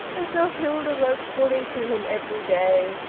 as though hilda wrote fully to him every day,